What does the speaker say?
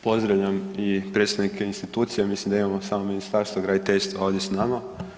Pozdravljam i predstavnike institucija, mislim da imamo samo Ministarstvo graditeljstva ovdje s nama.